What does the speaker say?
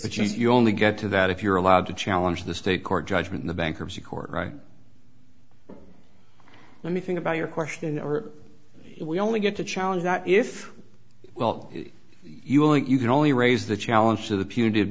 switches you only get to that if you're allowed to challenge the state court judgment in a bankruptcy court right let me think about your question or we only get to challenge that if well if you want you can only raise the challenge to the punit